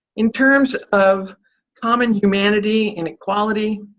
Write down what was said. in terms of common humanity and equality,